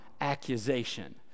accusation